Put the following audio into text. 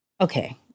okay